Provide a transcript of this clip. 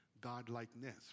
God-likeness